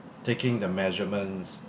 taking the measurements